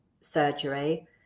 surgery